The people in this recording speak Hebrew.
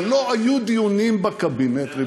שלא היו דיונים בקבינט.